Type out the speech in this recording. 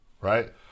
right